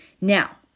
Now